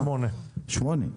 8 נקודות.